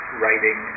writing